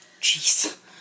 Jeez